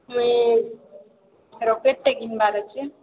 ମୁଇଁ ଲକେଟ୍ଟେ କିଣିବାର୍ ଅଛି